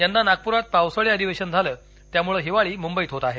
यदा नागपुरात पावसाळी अधिवेशन झाल त्यामुळे हिवाळी मुंबईत होत आहे